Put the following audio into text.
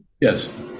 Yes